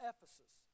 Ephesus